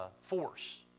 force